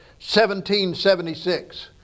1776